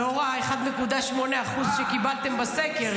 לאור ה-1.8% שקיבלתם בסקר.